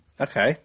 Okay